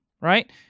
right